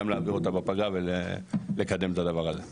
גם להעביר אותה בפגרה ולקדם את הדבר הזה.